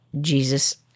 jesus